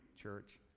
church